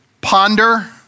ponder